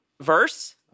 verse